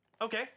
Okay